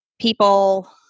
people